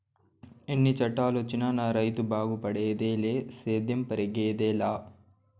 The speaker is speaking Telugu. ఎన్ని చట్టాలొచ్చినా నా రైతు బాగుపడేదిలే సేద్యం పెరిగేదెలా